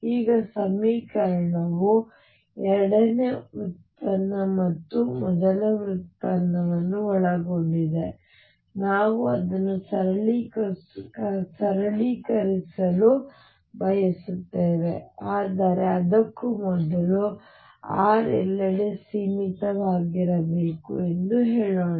ಈಗ ಈ ಸಮೀಕರಣವು ಎರಡನೇ ವ್ಯುತ್ಪನ್ನ ಮತ್ತು ಮೊದಲ ವ್ಯುತ್ಪನ್ನವನ್ನು ಒಳಗೊಂಡಿದೆ ನಾವು ಅದನ್ನು ಸರಳೀಕರಿಸಲು ಬಯಸುತ್ತೇವೆ ಆದರೆ ಅದಕ್ಕೂ ಮೊದಲು r ಎಲ್ಲೆಡೆ ಸೀಮಿತವಾಗಿರಬೇಕು ಎಂದು ಹೇಳೋಣ